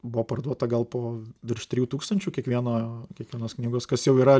buvo parduota gal po virš trijų tūkstančių kiekvieno kiekvienos knygos kas jau yra